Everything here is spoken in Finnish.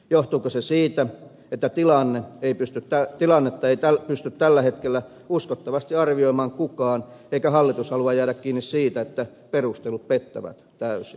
johtuuko se siitä että tilannetta ei pysty tällä hetkellä uskottavasti arvioimaan kukaan eikä hallitus halua jäädä kiinni siitä että perustelut pettävät täysin